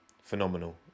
Phenomenal